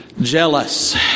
jealous